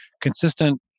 consistent